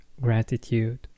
gratitude